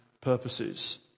purposes